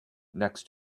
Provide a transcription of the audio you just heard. next